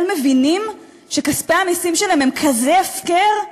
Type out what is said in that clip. מבינים שכספי המסים שלהם הם כזה הפקר?